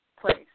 place